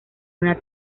una